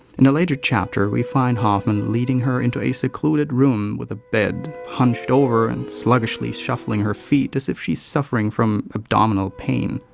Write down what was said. in a later chapter, we find hoffman leading her into a secluded room with a bed hunched over and, sluggishly shuffling her feet as if she's suffering from abdominal pain.